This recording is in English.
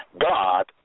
God